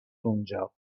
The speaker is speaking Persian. اونجا